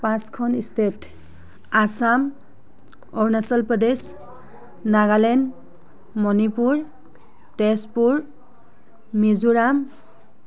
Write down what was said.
পাঁচখন ষ্টেট আছাম অৰুণাচল প্ৰদেশ নাগালেণ্ড মণিপুৰ তেজপুৰ মিজোৰাম